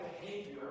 behavior